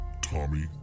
Tommy